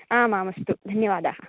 आम् आम् अस्तु धन्यवादाः